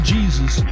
Jesus